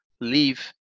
leave